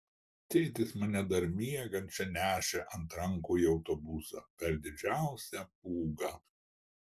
tėtis mane dar miegančią nešė ant rankų į autobusą per didžiausią pūgą